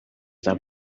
that